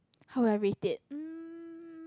how would I rate it um